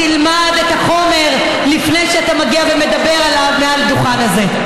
תלמד את החומר לפני שאתה מגיע ומדבר עליו מעל הדוכן הזה.